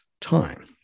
time